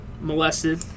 molested